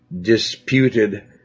disputed